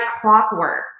clockwork